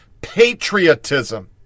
patriotism